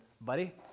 buddy